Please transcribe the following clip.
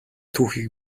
түүхийг